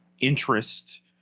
interest